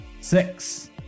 Six